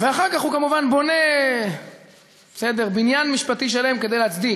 ואחר כך הוא כמובן בונה בניין משפטי שלם כדי להצדיק.